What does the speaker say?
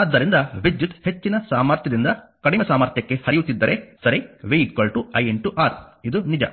ಆದ್ದರಿಂದ ವಿದ್ಯುತ್ ಹೆಚ್ಚಿನ ಸಾಮರ್ಥ್ಯದಿಂದ ಕಡಿಮೆ ಸಾಮರ್ಥ್ಯಕ್ಕೆ ಹರಿಯುತ್ತಿದ್ದರೆ ಸರಿ v iR ಇದು ನಿಜ